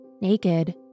naked